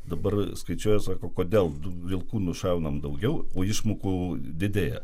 dabar skaičiuoja sako kodėl vilkų nušaunam daugiau o išmokų didėja